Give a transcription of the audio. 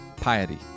piety